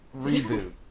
Reboot